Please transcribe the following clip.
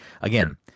again